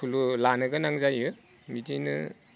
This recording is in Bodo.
सुलु लानो गोनां जायो बिदिनो